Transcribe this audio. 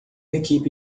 equipe